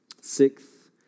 Sixth